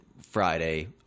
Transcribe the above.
Friday